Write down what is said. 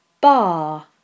bar